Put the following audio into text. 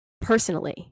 personally